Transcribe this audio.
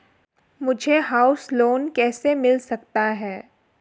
मुझे house loan कैसे मिल सकता है?